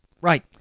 Right